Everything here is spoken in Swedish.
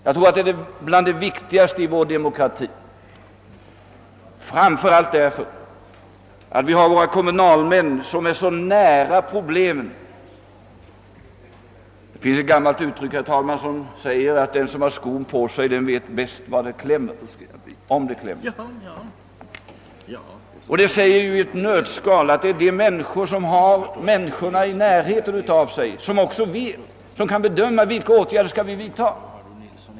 Jag tror att den är det viktigaste i vår demokrati, framför allt därför att våra kommunalmän är så nära problemen. Det finns ett gammalt uttryck, herr talman, att den som har skon på sig vet bäst om den klämmer. Det säger ju i ett nötskal, att det är de människor som har problemen inpå sig, som också vet och kan bedöma vilka åtgärder som bör vidtas.